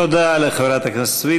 תודה לחברת הכנסת סויד.